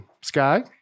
sky